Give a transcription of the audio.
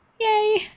yay